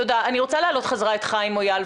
אני רוצה להעלות חזרה את חיים מויאל,